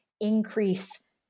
increase